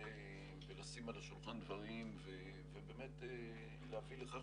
לשים על השולחן דברים ולהביא לכך